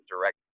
direct